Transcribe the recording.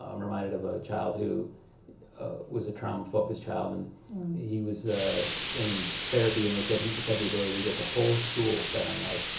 i'm reminded of a child who was a trauma focused child and he was in therapy and they said, he just had the ability to get the whole school set on edge.